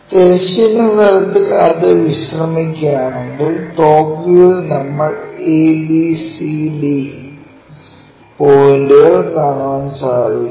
തിരശ്ചീന തലത്തിൽ അത് വിശ്രമിക്കുകയാണെങ്കിൽ ടോപ് വ്യൂവിൽ നമ്മൾ abcd പോയിന്റുകൾ കാണാൻ സാധിക്കും